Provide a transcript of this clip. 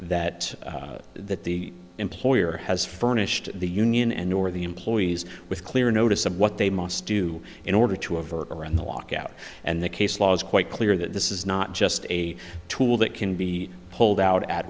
that that the employer has furnished the union and or the employees with clear notice somewhat they must do in order to avert around the lockout and the case law is quite clear that this is not just a tool that can be pulled out at